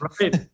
Right